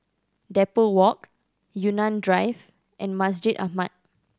Depot Walk Yunnan Drive and Masjid Ahmad